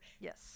Yes